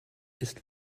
ist